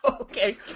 Okay